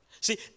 See